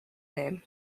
name